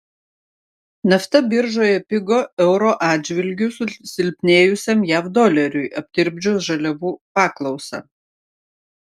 nafta biržoje pigo euro atžvilgiu susilpnėjusiam jav doleriui aptirpdžius žaliavų paklausą